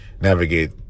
navigate